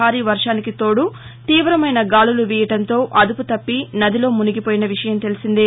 భారీ వర్షానికి తోడు తీవమైన గాలులు వీయడంతో అదుపుతప్పి నదిలో మునిగిపోయిన విషయం తెలిసిందే